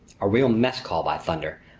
a real mess call, by thunder!